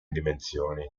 dimensioni